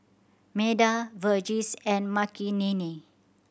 Medha Verghese and Makineni